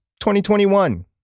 2021